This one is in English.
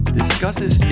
discusses